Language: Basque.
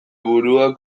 burua